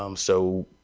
um so,